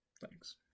Thanks